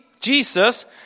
Jesus